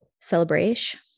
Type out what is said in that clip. celebration